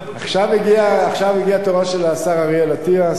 עכשיו הגיע תורו של השר אריאל אטיאס,